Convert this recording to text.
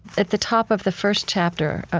at the top of the first chapter,